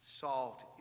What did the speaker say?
Salt